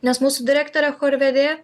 nes mūsų direktorė chorvedė